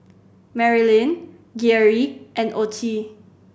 Marilynn Geary and Ocie